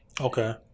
Okay